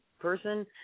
Person